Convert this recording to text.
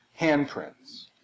handprints